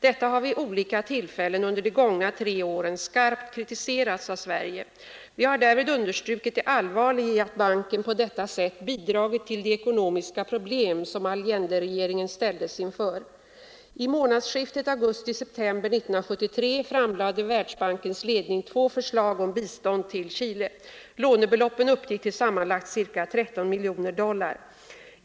Detta har vid olika tillfällen under de gångna tre åren skarpt kritiserats av Sverige. Vi har därvid understrukit det allvarliga i att banken på detta sätt bidragit till de ekonomiska problem som Allenderegeringen ställdes inför. I månadsskiftet augusti-september 1973 framlade Världsbankens ledning två förslag om bistånd till Chile. Lånebeloppen uppgick till sammanlagt ca 13 miljoner dollar.